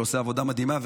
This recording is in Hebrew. שעושה עבודה מדהימה,